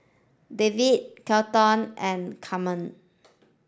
David Kelton and Camren